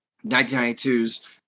1992's